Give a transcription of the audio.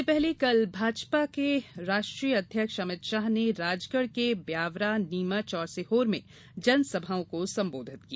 इससे पहले कल भाजपा के राष्ट्रीय अध्यक्ष अमित शाह ने राजगढ़ के ब्यावरा नीमच और सीहोर में जनसभाओं को संबोधित किया